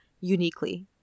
uniquely